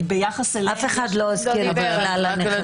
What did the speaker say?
שביחס אליהם --- אף אחד לא הזכיר את כלל הנכסים,